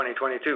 2022